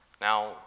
Now